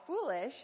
foolish